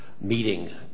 meeting